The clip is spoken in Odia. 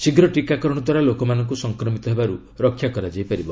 ଶୀଘ୍ର ଟିକାକରଣ ଦ୍ୱାରା ଲୋକମାନଙ୍କୁ ସଂକ୍ରମିତ ହେବାରୁ ରକ୍ଷା କରାଯାଇ ପାରିବ